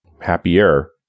Happier